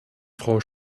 frau